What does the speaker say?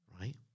right